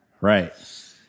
Right